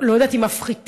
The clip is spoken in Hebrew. לא יודעת אם מפחיתים,